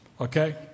Okay